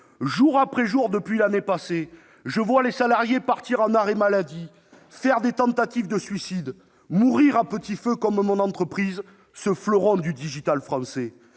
Jour après jour depuis l'année passée, je vois les salariés partir en arrêt maladie, faire des tentatives de suicide, mourir à petit feu, comme mon entreprise, ce fleuron du digital français.